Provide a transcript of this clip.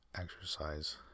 Exercise